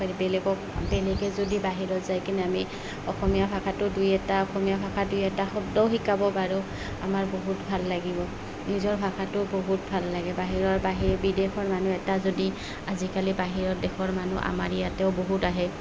বেলেগক বেলেগে যদি বাহিৰত যায় কিনে আমি অসমীয়া ভাষাটো দুই এটা অসমীয়া ভাষা দুই এটা শব্দও শিকাব পাৰোঁ আমাৰ বহুত ভাল লাগিব নিজৰ ভাষাটো বহুত ভাল লাগে বাহিৰৰ বাহিৰ বিদেশৰ মানুহ এটা যদি আজিকালি বাহিৰৰ দেশৰ মানুহ আমাৰ ইয়াতেও বহুত আহে